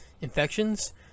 Infections